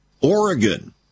Oregon